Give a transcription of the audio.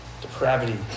depravity